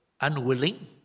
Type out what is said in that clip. unwilling